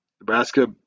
Nebraska